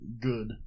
good